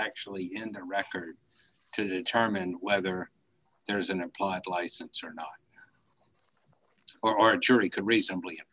actually in the record to determine whether there is an implied license or not or archery could reasonably